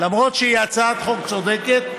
למרות שהיא הצעת חוק צודקת.